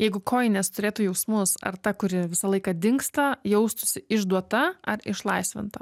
jeigu kojinės turėtų jausmus ar ta kuri visą laiką dingsta jaustųsi išduota ar išlaisvinta